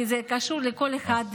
כי זה קשור לכל אחד,